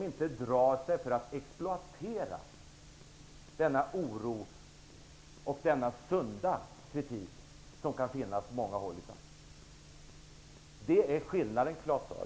Han drar sig inte för att exploatera denna oro och den sunda kritik som kan finnas på många håll i samhället. Det är skillnaden, Claus Zaar.